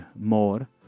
more